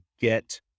get